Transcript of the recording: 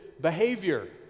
behavior